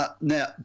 Now